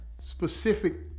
specific